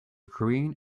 green